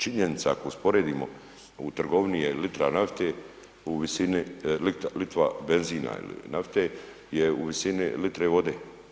Činjenica ako usporedimo u trgovini je litra nafte u visini, litra benzina ili nafte, je u visini litre vode.